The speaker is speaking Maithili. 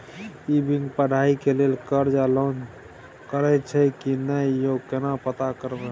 ई बैंक पढ़ाई के लेल कर्ज आ लोन करैछई की नय, यो केना पता करबै?